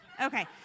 Okay